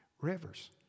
rivers